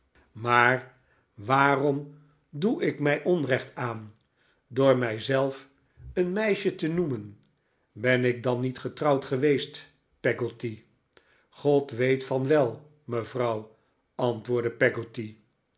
maar waarom doe ik mij onrecht aan door mij zelf een meisje te noemen ben ik dan niet getrouwd geweest peggotty god weet van wel mevrouw antwoordde